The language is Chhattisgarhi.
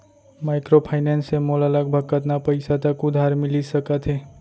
माइक्रोफाइनेंस से मोला लगभग कतना पइसा तक उधार मिलिस सकत हे?